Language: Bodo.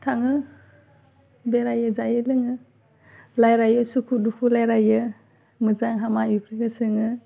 थाङो बेरायो जायो लोङो रायलायो सुखु दुखु रायलायो मोजां हामा बेफोरखौ सोङो